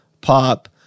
pop